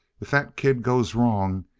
if that kid goes wrong,